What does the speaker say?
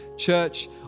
Church